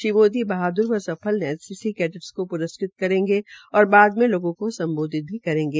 श्री मोदी बहाद्र व सफल एनसीसी कैडेट्स को प्रस्कृत करेंगे तथा बाद में लोगों को सम्बोधित करेंगे